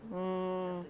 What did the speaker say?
mm